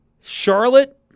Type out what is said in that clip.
Charlotte